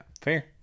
Fair